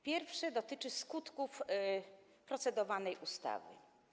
Pierwsze dotyczy skutków procedowanej ustawy.